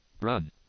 Run